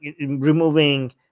removing